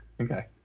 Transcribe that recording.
Okay